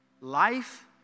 Life